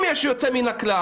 אם יש מקרה יוצא מן הכלל